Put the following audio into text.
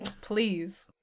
Please